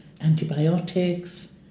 antibiotics